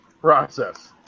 process